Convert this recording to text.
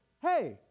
hey